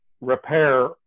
repair